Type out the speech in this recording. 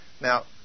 now